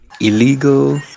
Illegal